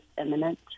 imminent